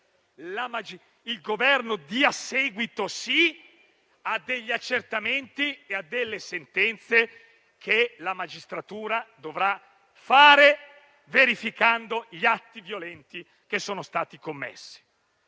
il Governo dia seguito a degli accertamenti e a delle sentenze, che la magistratura dovrà fare, verificando gli atti violenti che sono stati commessi.